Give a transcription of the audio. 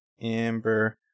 amber